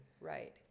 Right